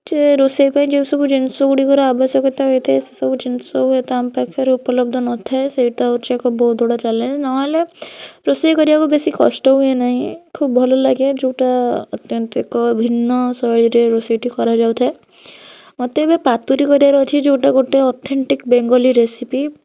ଯେ ରୋଷେଇ ପାଇଁ ଯେଉଁ ସବୁ ଜିନିଷ ଗୁଡ଼ିକର ଆବଶ୍ୟକତା ହୋଇଥାଏ ସେହି ସବୁ ଜିନିଷ ହୁଏତ ଆମ ପାଖରେ ଉପଲବ୍ଧ ନ ଥାଏ ସେଇଟା ହେଉଛି ଏକ ବହୁତ ବଡ଼ ଚ୍ୟାଲେଞ୍ଜ ନହେଲେ ରୋଷେଇ କରିବାକୁ କଷ୍ଟ ହୁଏ ନାହିଁ ଖୁବ ଭଲ ଲାଗେ ଯେଉଁଟା ଅତ୍ୟନ୍ତିକ ଭିନ୍ନ ଶୈଳୀରେ ରୋଷେଇଟି କରାଯାଉଥାଏ ମୋତେ ଏବେ ପାତୁରୀ କରିବାର ଅଛି ଯେଉଁଟା ଗୋଟେ ଅଥେଣ୍ଟିକ ବେଙ୍ଗଲୀ ରେସିପି